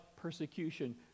persecution